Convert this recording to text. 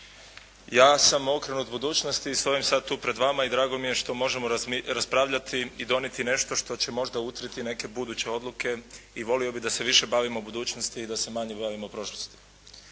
Ja sam okrenut budućnosti i stojim sad tu pred vama i drago mi je što možemo raspravljati i donijeti nešto što će možda utrti neke buduće odluke i volio bih da se više bavimo budućnosti i da se manje bavimo prošlosti.